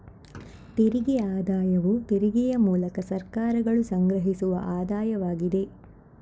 ತೆರಿಗೆ ಆದಾಯವು ತೆರಿಗೆಯ ಮೂಲಕ ಸರ್ಕಾರಗಳು ಸಂಗ್ರಹಿಸುವ ಆದಾಯವಾಗಿದೆ